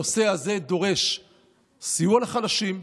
הנושא הזה דורש סיוע לחלשים,